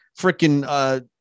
freaking